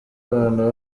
abantu